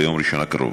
ביום ראשון הקרוב.